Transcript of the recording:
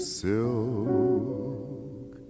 silk